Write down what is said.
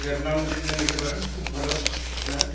Revlon দেখলে নিতে পারেন খুব ভালো ব্র্যান্ড